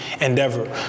endeavor